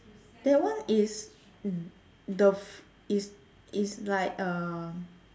that one is the is is like uh